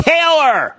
Taylor